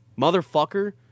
motherfucker